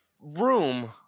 room